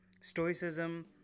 Stoicism